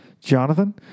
Jonathan